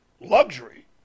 luxury